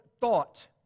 thought